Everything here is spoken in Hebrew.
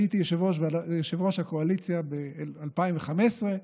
הייתי יושב-ראש הקואליציה ב-2015,